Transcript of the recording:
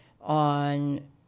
on